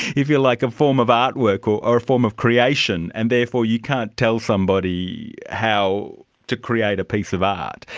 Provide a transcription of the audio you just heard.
if you like, a form of artwork or a form of creation, and therefore you can't tell somebody how to create a piece of art.